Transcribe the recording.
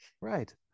right